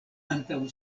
antaŭ